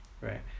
right